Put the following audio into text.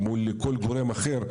או מול כל גורם אחר,